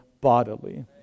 bodily